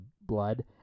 blood